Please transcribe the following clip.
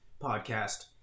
podcast